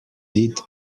did